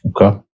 Okay